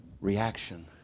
reaction